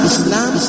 Islam